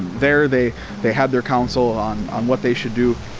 there, they they had their counsel on on what they should do.